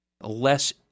less